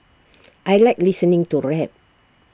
I Like listening to rap